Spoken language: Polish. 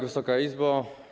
Wysoka Izbo!